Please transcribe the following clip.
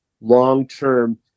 long-term